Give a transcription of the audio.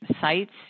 sites